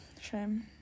shame